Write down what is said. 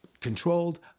controlled